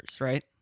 right